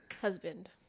husband